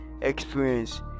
experience